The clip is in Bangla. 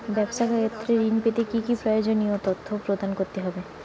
ব্যাবসা ক্ষেত্রে ঋণ পেতে কি কি প্রয়োজনীয় তথ্য প্রদান করতে হবে?